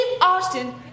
Austin